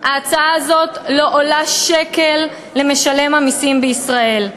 ההצעה הזאת לא עולה שקל למשלם המסים בישראל,